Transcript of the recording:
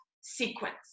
sequence